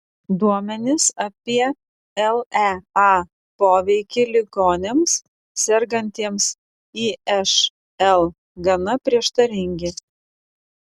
duomenys apie lea poveikį ligoniams sergantiems išl gana prieštaringi